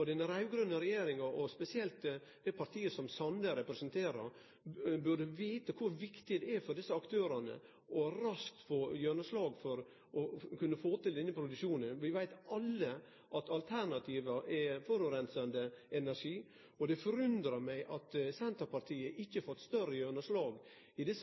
Den raud-grøne regjeringa, og spesielt det partiet som Sande representerer, burde vite kor viktig det er for desse aktørane raskt å få gjennomslag for å få til denne produksjonen. Vi veit alle at alternativa er forureinande energi. Det undrar meg at Senterpartiet ikkje har fått større gjennomslag i desse